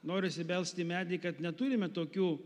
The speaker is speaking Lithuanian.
norisi belst į medį kad neturime tokių